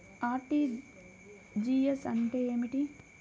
RTGS అంటే ఏమిటి?